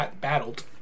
battled